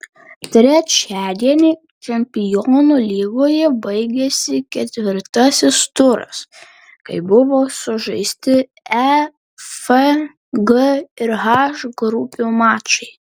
trečiadienį čempionų lygoje baigėsi ketvirtasis turas kai buvo sužaisti e f g ir h grupių mačai